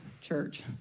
Church